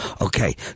Okay